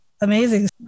Amazing